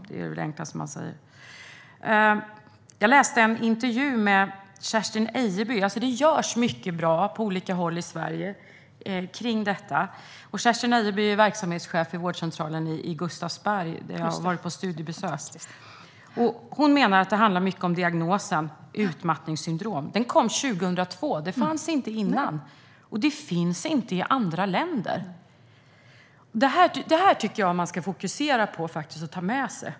Det görs mycket som är bra på olika håll i Sverige kring detta. Jag läste en intervju med Kersti Ejeby, som är verksamhetschef vid vårdcentralen i Gustavsberg där jag har varit på studiebesök. Hon menar att det handlar mycket om diagnosen utmattningssyndrom. Den kom 2002. Den fanns inte innan, och den finns inte i andra länder. Det tycker jag att man ska fokusera på och ta med sig.